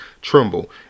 tremble